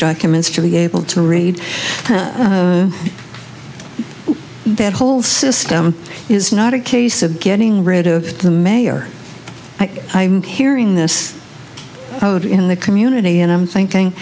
documents to be able to read that whole system is not a case of getting rid of the mayor i'm hearing this out in the community and i'm thinking